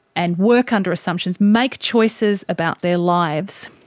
and work under assumptions, make choices about their lives,